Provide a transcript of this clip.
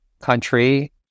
country